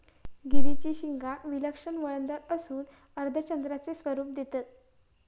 गिरीची शिंगा विलक्षण वळणदार असून अर्धचंद्राचे स्वरूप देतत